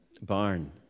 barn